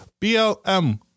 BLM